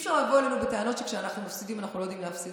אי-אפשר לבוא אלינו בטענות שכשאנחנו מפסידים אנחנו לא יודעים להפסיד.